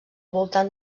voltant